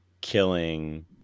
killing